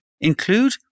include